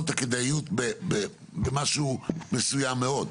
הכדאיות במשהו מסוים מאוד.